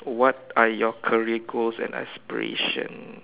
what are your career goals and aspiration